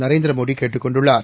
நரேந்திர மோடி கேட்டுக் கொண்டுள்ளார்